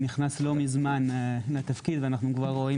נכנס לא מזמן לתפקיד ואנחנו כבר רואים